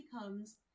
becomes